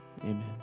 Amen